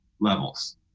levels